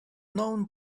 known